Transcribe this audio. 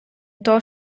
того